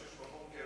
שיש לך הכלי הזה,